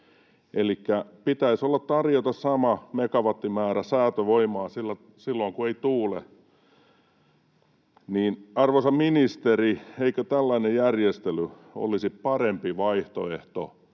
elikkä pitäisi olla tarjota sama megawattimäärä säätövoimaa silloin, kun ei tuule. Arvoisa ministeri, eikö tällainen järjestely olisi parempi vaihtoehto